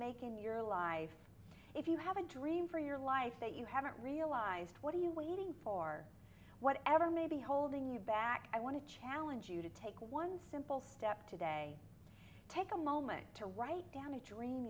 make in your life if you have a dream for your life that you haven't realized what are you waiting for whatever may be holding you back i want to challenge you to take one simple step today take a moment to write down a dream